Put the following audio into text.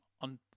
on